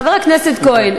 חבר הכנסת כהן,